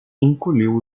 encolheu